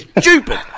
stupid